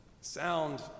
sound